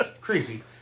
creepy